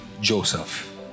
Joseph